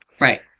right